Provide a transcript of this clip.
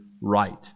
right